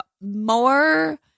more